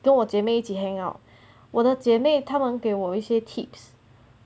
跟我姐妹一起 hang out 我的姐妹她们给我一些 tips